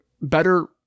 better